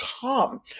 come